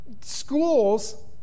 schools